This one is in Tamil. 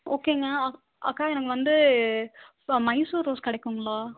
ஓகேங்க அக்கா எனக்கு வந்து மைசூர் ரோஸ் கிடைக்குங்களா